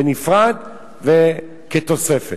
בנפרד וכתוספת.